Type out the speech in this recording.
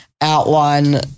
outline